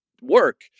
work